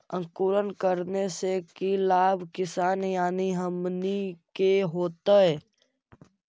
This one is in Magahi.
अंकुरण करने से की लाभ किसान यानी हमनि के होतय?